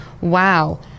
wow